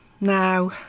Now